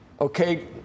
Okay